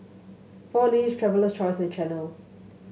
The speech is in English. Four Leaves Traveler's Choice and Chanel